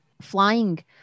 flying